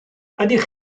ydych